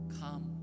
Come